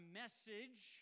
message